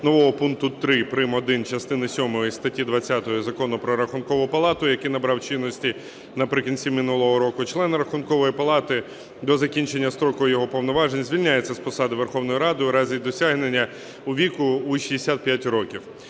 нового пункту 3 прим.1 частини сьомої статті 20 Закону "Про Рахункову палату", який набрав чинності наприкінці минулого року, члени Рахункової палати до закінчення строку його повноважень звільняється з посади Верховною Радою у разі досягнення віку у 65 років.